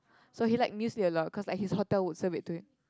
so he like music a lot cause at his hotel will serve it to him